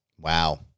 Wow